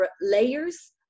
layers